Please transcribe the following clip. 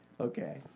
Okay